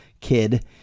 kid